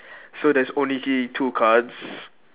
so there's only two cards